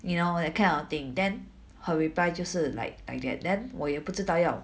you know that kind of thing then her reply 就是 like like that then 我也不知道要